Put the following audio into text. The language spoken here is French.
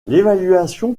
l’évaluation